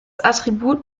attribut